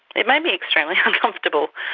it made me extremely uncomfortable,